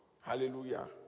hallelujah